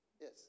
Yes